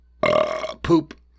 poop